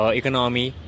economy